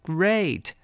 Great